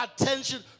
attention